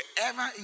wherever